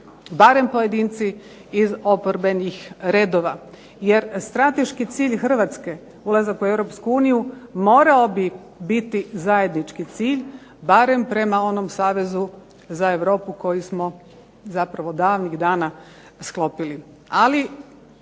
barem pojedinci iz oporbenih redova. Jer strateški cilj Hrvatske, ulazak u Europsku uniju morao bi biti zajednički cilj barem prema onom savezu za Europu koji smo zapravo davnih dana i sklopili.